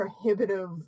prohibitive